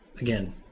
again